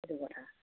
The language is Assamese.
সেইটো কথা